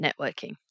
networking